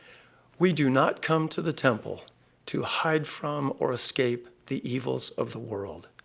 we do not come to the temple to hide from or escape the evils of the world.